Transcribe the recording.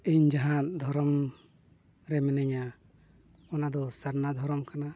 ᱛᱤᱦᱤᱧ ᱡᱟᱦᱟᱸ ᱫᱷᱚᱨᱚᱢ ᱨᱮ ᱢᱤᱱᱟᱹᱧᱟ ᱚᱱᱟ ᱫᱚ ᱥᱟᱨᱱᱟ ᱫᱷᱚᱨᱚᱢ ᱠᱟᱱᱟ